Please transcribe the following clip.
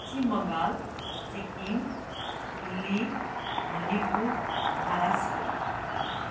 Paschim Bangal Sikkim Delhi Manipur Maharashtra